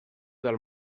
del